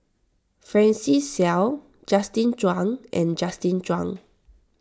Francis Seow Justin Zhuang and Justin Zhuang